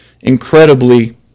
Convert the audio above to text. incredibly